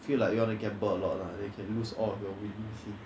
feel like you want to gamble a lot lah then you can lose all your 尾利息